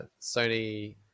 Sony